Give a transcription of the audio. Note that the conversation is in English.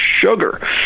sugar